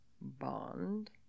Bond